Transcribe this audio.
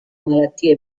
malattie